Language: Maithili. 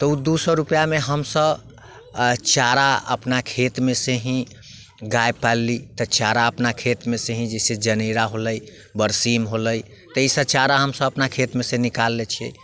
तऽ ओ दू सए रूपैआमे हमसभ चारा अपना खेतमे सँ ही गाय पालली तऽ चारा अपना खेतमे सँ ही जैसे जनेरा होलै बरसिम होलै ताहिसँ चारा हमसभ अपना खेतमे सँ निकालि लैत छियै